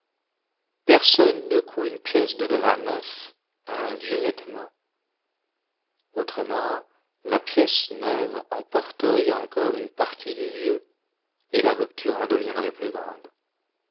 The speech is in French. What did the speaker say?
personne ne coud une pièce de drap neuf à un vieux vêtement autrement la pièce neuve emporterait encore une partie du vieux et la rupture en deviendrait plus grande